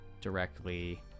directly